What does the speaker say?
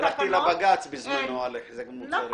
הלכתי לבג"ץ בזמנו על החזר מוצרים.